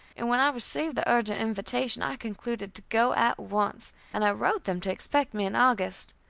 and when i received the urgent invitation i concluded to go at once, and i wrote them to expect me in august.